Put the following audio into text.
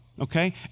okay